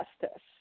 justice